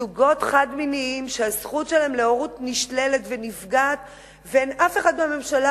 זוגות חד-מיניים שהזכות שלהם להורות נשללת ונפגעת ואין אף אחד בממשלה